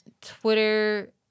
Twitter